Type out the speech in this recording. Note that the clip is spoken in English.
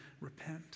repent